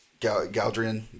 Galdrian